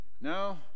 No